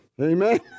Amen